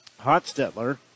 Hotstetler